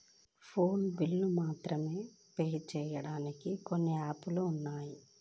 phone బిల్లులు మాత్రమే pay చెయ్యడానికి కొన్ని యాపులు ఉన్నాయి